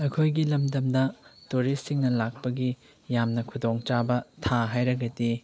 ꯑꯩꯈꯣꯏꯒꯤ ꯂꯝꯗꯝꯗ ꯇꯨꯔꯤꯁꯤꯡꯅ ꯂꯥꯛꯄꯒꯤ ꯌꯥꯝꯅ ꯈꯨꯗꯣꯡ ꯆꯥꯕ ꯊꯥ ꯍꯥꯏꯔꯒꯗꯤ